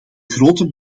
grote